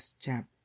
chapter